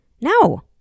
No